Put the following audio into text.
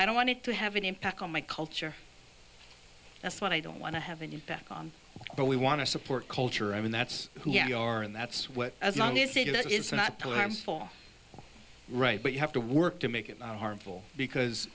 i don't want it to have an impact on my culture that's what i don't want to have an impact on but we want to support culture i mean that's who we are and that's what as long as it is not too harmful right but you have to work to make it not harmful because